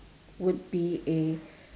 would be a